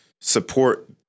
support